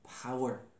power